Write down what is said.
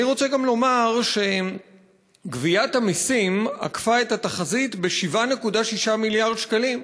אני רוצה גם לומר שגביית המסים עקפה את התחזית ב-7.6 מיליארד שקלים.